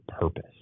purpose